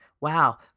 Wow